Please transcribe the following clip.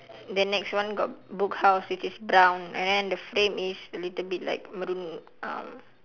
the next one got book house which is brown and then the frame is a little bit like maroon ah